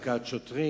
הכאת שוטרים.